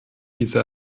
diese